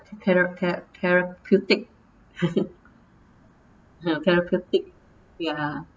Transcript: thera~ therapeutic therapeutic ya